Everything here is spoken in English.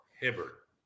hibbert